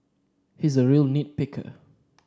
he is a real nit picker